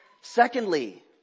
Secondly